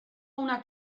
una